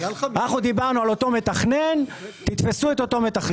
אנחנו דיברנו על אותו מתכנן; תתפסו את אותו המתכנן.